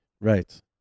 Right